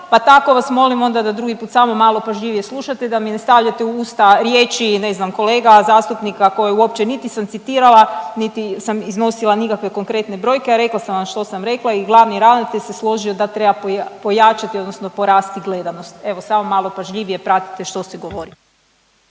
pa tako vas molim onda da drugi put samo malo pažljivije slušate i da mi ne stavljate u usta riječi ne znam kolega zastupnika koje uopće niti sam citirala, niti sam iznosila nikakve konkretne brojke, a rekla sam vam što sam rekla i glavni ravnatelj se složio da treba pojačati odnosno porasti gledanost. Evo samo malo pažljivije pratite što se govori.